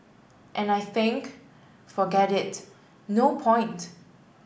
and I think forget it no point